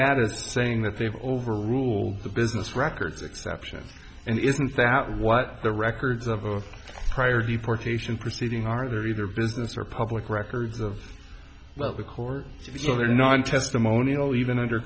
that as saying that they've overruled the business records exceptions and isn't that what the records of a prior deportation proceeding are there either business or public records of the court so they're not testimonial even under